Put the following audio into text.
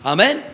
Amen